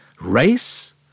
Race